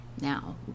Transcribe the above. Now